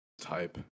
type